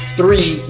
three